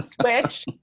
switch